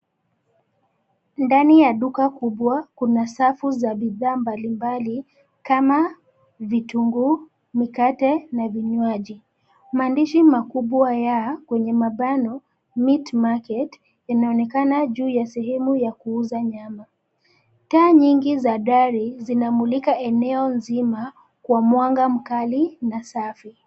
Ndanii ya duka kubwa kuna safu za bidhaa mbalimbali, kama, vitunguu, mikate na vinywaji, maandishi makubwa ya kwenye mabano, Meat Market , inaonekana juu ya sehemu ya kuuza nyama, taa nyingi za dari zinamulika eneo nzima, kwa mwanga mkali na safi.